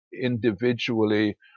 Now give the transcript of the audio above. individually